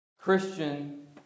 Christian